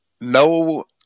no